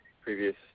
previous